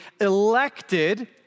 elected